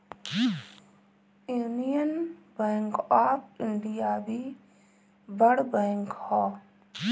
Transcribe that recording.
union Bank of India भी बड़ bank हअ